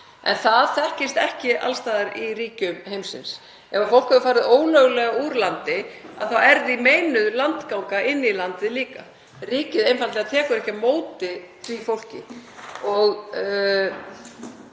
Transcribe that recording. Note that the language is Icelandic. en það þekkist ekki alls staðar í ríkjum heimsins — ef fólk hefur farið ólöglega úr landi þá er því meinuð landganga inn í landið líka. Ríkið einfaldlega tekur ekki á móti því fólki. Ég